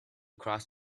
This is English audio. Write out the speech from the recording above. across